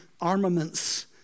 armaments